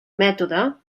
mètode